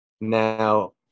Now